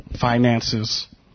finances